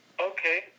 okay